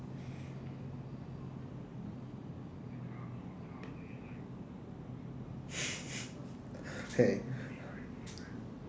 !hey!